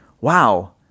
wow